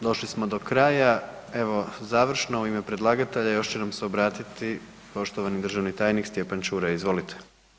Došli smo do kraja, evo završno, u ime predlagatelja još će nam se obratiti poštovani državni tajnik Stjepan Čuraj, izvolite.